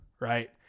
right